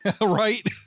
Right